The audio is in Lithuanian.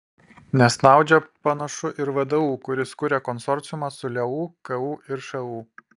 nesnaudžia panašu ir vdu kuris kuria konsorciumą su leu ku ir šu